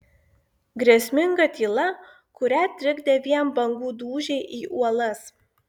grėsminga tyla kurią trikdė vien bangų dūžiai į uolas